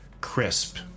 crisp